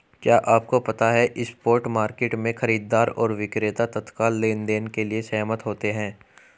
क्या आपको पता है स्पॉट मार्केट में, खरीदार और विक्रेता तत्काल लेनदेन के लिए सहमत होते हैं?